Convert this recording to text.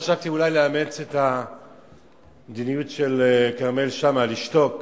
חשבתי אולי לאמץ את המדיניות של כרמל שאמה ולשתוק,